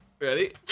Ready